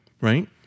Right